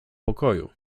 pokoju